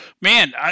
Man